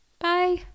Bye